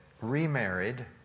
remarried